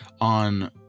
on